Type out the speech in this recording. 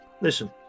Listen